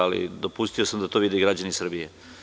Ali, dopustio sam da to vide i građani Srbije.